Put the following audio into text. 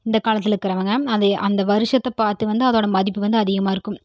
இந்த காலத்தில் இருக்கிறவங்க அது அந்த வருஷத்தை பார்த்து வந்து அதோடய மதிப்பு வந்து அதிகமாக இருக்கும்